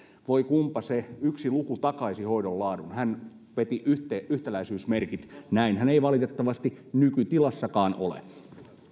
voi kunpa se yksi luku takaisi hoidon laadun hän veti yhtäläisyysmerkit näinhän ei valitettavasti nykytilassakaan ole